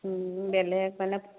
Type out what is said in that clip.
বেলেগ মানে